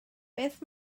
beth